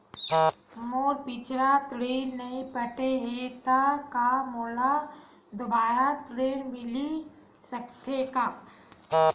मोर पिछला ऋण नइ पटे हे त का मोला दुबारा ऋण मिल सकथे का?